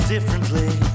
differently